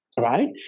right